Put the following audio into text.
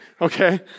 Okay